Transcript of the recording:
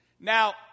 now